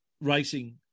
Racing